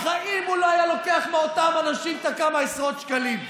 בחיים הוא לא היה לוקח מאותם אנשים את כמה עשרות השקלים.